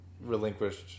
relinquished